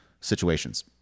situations